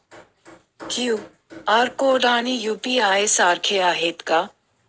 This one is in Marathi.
क्यू.आर कोड आणि यू.पी.आय सारखे आहेत का?